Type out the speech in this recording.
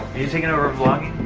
you taking over vlogging?